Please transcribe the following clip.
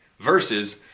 versus